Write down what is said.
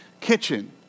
kitchen